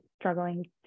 struggling